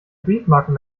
briefmarken